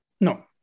No